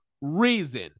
reason